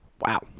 wow